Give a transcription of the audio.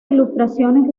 ilustraciones